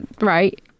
right